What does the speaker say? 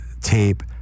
tape